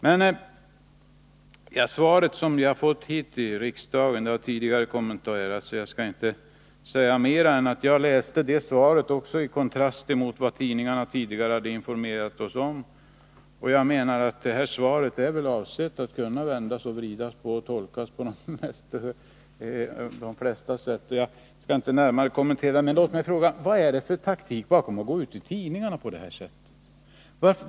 Det svar som vi har fått har tidigare kommenterats, och jag skall inte säga mera än att jag ser det i kontrast mot vad tidningarna redan har informerat oss om. Svaret är väl avsett att kunna vändas och vridas och tolkas på de flesta sätt. Låt mig bara fråga: Vad är det för taktik bakom att gå ut i tidningarna på det här sättet?